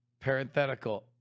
Parenthetical